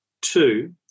Two